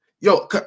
Yo